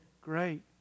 Great